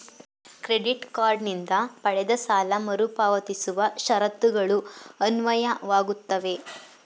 credit card ನಿಂದ ಪಡೆದ ಸಾಲ ಮರುಪಾವತಿಸುವ ಷರತ್ತುಗಳು ಅನ್ವಯವಾಗುತ್ತವೆ